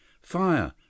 fire